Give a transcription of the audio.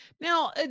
Now